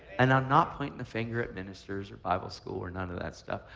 and i'm not pointing the finger at ministers or bible school or none of that stuff.